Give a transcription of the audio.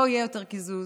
לא יהיה יותר קיזוז.